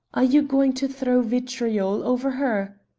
are you going to throw vitriol over her?